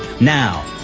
Now